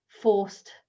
forced